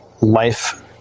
life